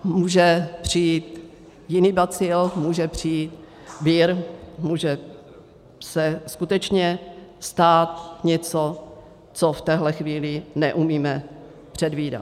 Může přijít jiný bacil, může přijít vir, může se skutečně stát něco, co v téhle chvíli neumíme předvídat.